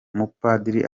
umupadiri